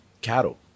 cattle